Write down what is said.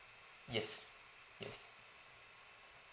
yes yes